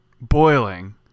boiling